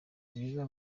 bwiza